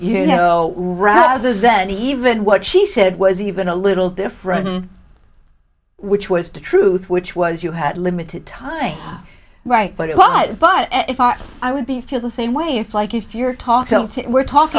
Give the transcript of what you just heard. you know rather than even what she said was even a little different which was to truth which was you had limited time right but it was but if i would be feel the same way it's like if you're